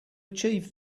achieve